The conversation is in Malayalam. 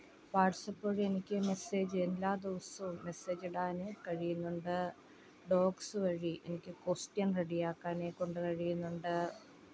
വാട്ട്സപ്പ് വഴി എനിക്ക് മെസ്സേജ് എല്ലാ ദിവസോം മെസ്സേജിടാൻ കഴിയുന്നുണ്ട് ഡോക്സ് വഴി എനിക്ക് കൊസ്റ്റ്യന് റെഡിയാക്കാനെക്കൊണ്ട് കഴിയുന്നുണ്ട്